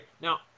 now